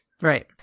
right